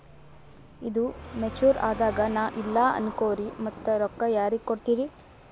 ಈದು ಮೆಚುರ್ ಅದಾಗ ನಾ ಇಲ್ಲ ಅನಕೊರಿ ಮತ್ತ ರೊಕ್ಕ ಯಾರಿಗ ಕೊಡತಿರಿ?